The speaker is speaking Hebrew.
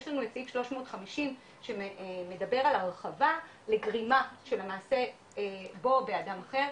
יש לנו את סעיף 350 שמדבר על הרחבה לגרימה של המעשה בו באדם אחר,